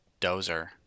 Dozer